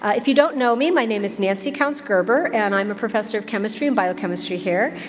if you don't know me, my name is nancy counts-gerber, and i'm a professor of chemistry and biochemistry here,